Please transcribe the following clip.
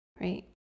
right